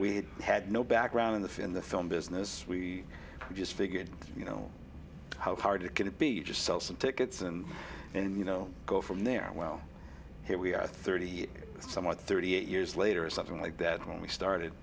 we had no background in the fin the film business we just figured you know how hard it going to be just sell some tickets and then you know go from there well here we are thirty years some what thirty eight years later or something like that when we started